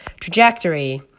trajectory